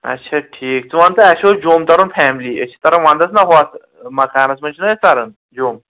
اچھا ٹھیٖک ژٕ وَن تہٕ اَسہِ اوس جوٚم تَرُن فیملی أسۍ چھِ تَران وَنٛدَس نا ہۄتھ مَکانَس منٛز چھِنا أسۍ تران جوٚم